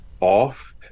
off